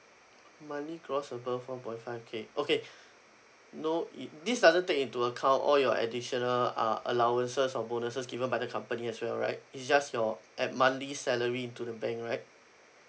monthly gross above one point five K okay no it this doesn't take into account all your additional uh allowances or bonuses given by the company as well right it's just your at monthly salary into the bank right